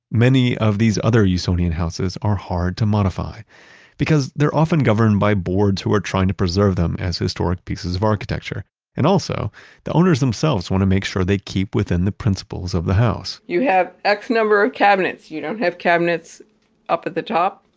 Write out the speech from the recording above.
many of these other usonian houses are hard to modify because they're often governed by boards who are trying to preserve them as historic pieces of architecture and also the owners themselves want to make sure they keep within the principles of the house you have x number of cabinets, you don't have cabinets up at the top.